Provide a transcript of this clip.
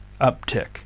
uptick